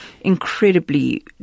incredibly